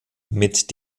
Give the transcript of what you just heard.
mit